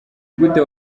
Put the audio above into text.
gute